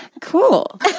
Cool